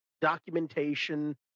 documentation